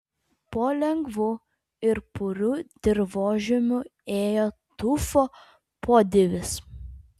po lengvu ir puriu dirvožemiu ėjo tufo podirvis